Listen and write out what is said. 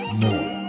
more